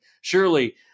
surely